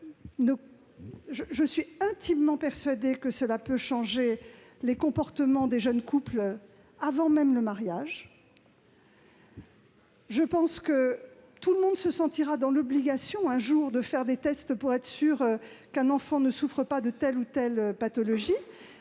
Je suis intimement persuadée qu'il pourrait changer les comportements des jeunes couples, avant même le mariage. Je pense que tout le monde se sentira dans l'obligation un jour de faire des tests pour s'assurer que son enfant ne sera pas porteur du gène de telle ou telle pathologie.